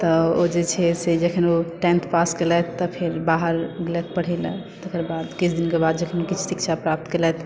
तऽ ओ जे छै से जखन ओ टेंथ पास केलथि तऽ बाहर गेलथि पढ़ै लए तकर बाद किछु दिनके बाद जखन किछु शिक्षा प्राप्त केलथि